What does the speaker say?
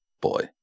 boy